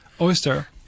oyster